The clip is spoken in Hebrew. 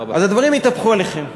אז הדברים יתהפכו עליכם.